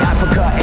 Africa